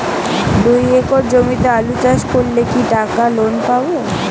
দুই একর জমিতে আলু চাষ করলে কি টাকা লোন পাবো?